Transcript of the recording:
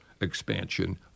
expansion